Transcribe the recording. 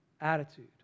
attitude